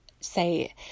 say